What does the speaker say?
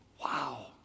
Wow